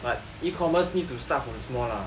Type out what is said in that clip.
but e-commerce need to start from small lah